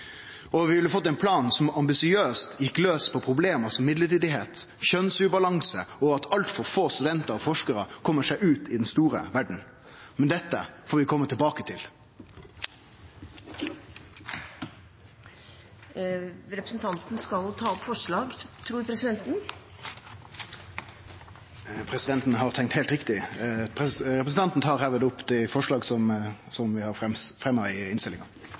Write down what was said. Og vi ville fått ein plan som ambisiøst gjekk laus på problem som midlertidigheit, kjønnsubalanse og at altfor få studentar og forskarar kjem seg ut i den store verda. Men dette får vi kome tilbake til. Representanten skal ta opp forslag, tror presidenten. Presidenten har tenkt heilt riktig. Representanten tar hermed opp dei forslaga som vi har fremma i innstillinga.